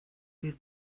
fydd